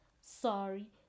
sorry